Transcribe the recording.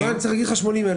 הייתי צריך להגיד לך: 80,000?